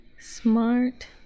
Smart